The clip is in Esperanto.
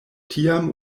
tiam